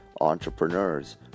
entrepreneurs